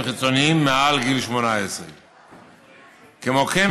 (חיצוניים) מעל גיל 18. כמו כן,